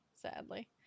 Sadly